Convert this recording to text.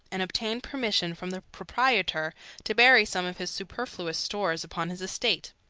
and obtained permission from the proprietor to bury some of his superfluous stores upon his estate.